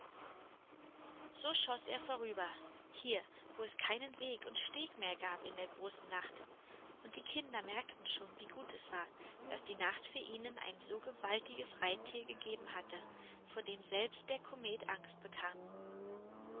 so schoß er vorüber hier wo es keinen weg und steg mehr gab in der großen nacht und die kinder merkten schon wie gut es war daß die nachtfee ihnen ein so gewaltiges reittier gegeben hatte vor dem selbst der komet angst bekam